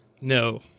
No